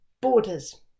borders